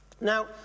Now